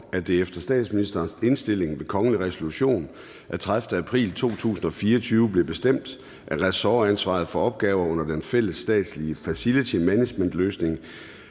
at det efter statsministerens indstilling ved kongelig resolution af 30. april 2024 blev bestemt, at ressortansvaret for opgaver under den fælles statslige facilitymanagementløsning